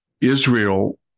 Israel